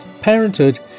Parenthood